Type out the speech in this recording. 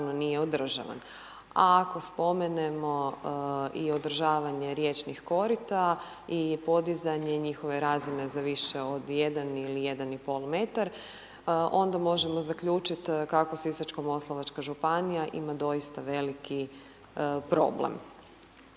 A ako spomenemo i održavanje riječnih korita i podizanje njihove razine za više od 1 ili 1,5 m onda možemo zaključiti kako Sisačko-moslavačka županija ima doista veliki problem.